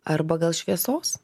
arba gal šviesos